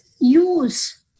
use